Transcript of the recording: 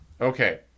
okay